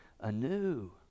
anew